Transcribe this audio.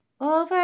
Over